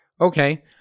Okay